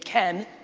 can.